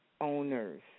owners